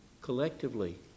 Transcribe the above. collectively